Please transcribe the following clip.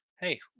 hey